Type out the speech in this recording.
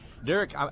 derek